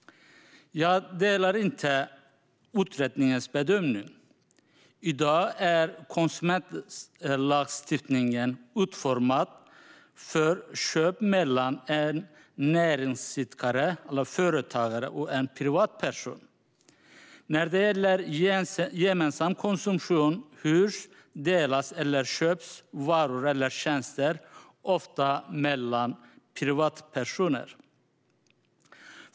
Jag delar inte utredningens bedömning. I dag är konsumentlagstiftningen utformad för köp mellan en näringsidkare eller företagare och en privatperson. Vid gemensam konsumtion hyrs, delas eller köps varor eller tjänster ofta privatpersoner emellan.